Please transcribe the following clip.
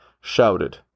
shouted